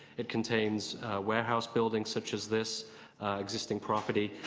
it contains warehouse buildings such as this existing property.